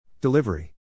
Delivery